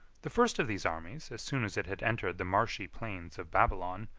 the first of these armies, as soon as it had entered the marshy plains of babylon,